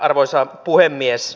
arvoisa puhemies